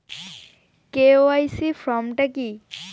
KYC form টা কি?